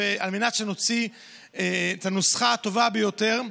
על מנת שנוציא את הנוסחה הטובה ביותר.